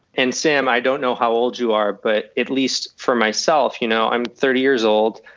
and sam, i don't know how old you are, but at least for myself, you know, i'm thirty years old.